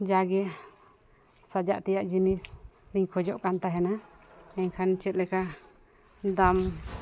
ᱡᱟᱜᱮ ᱥᱟᱡᱟᱜ ᱛᱮᱭᱟᱜ ᱡᱤᱱᱤᱥᱞᱤᱧ ᱠᱷᱚᱡᱚᱜ ᱠᱟᱱ ᱛᱟᱦᱮᱱᱟ ᱢᱮᱱᱠᱷᱟᱱ ᱪᱮᱫ ᱞᱮᱠᱟ ᱫᱟᱢ